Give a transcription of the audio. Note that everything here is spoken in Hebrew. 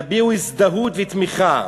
יביעו הזדהות ותמיכה.